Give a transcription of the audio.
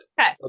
Okay